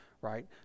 right